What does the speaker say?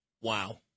Wow